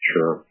Sure